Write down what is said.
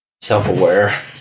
self-aware